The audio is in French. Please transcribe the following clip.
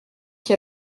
qui